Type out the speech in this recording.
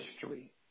history